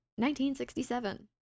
1967